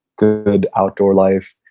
good outdoor life,